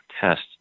test